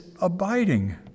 abiding